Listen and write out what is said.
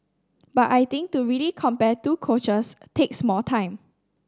but I think to really compare two coaches takes more time